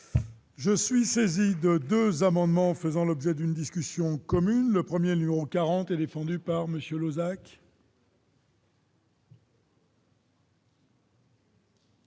Je suis saisi de 2 amendements faisant l'objet d'une discussion commune le 1er numéro 40, défendu par monsieur